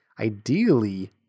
Ideally